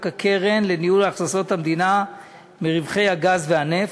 הקרן לניהול הכנסות המדינה מהיטל על רווחי נפט.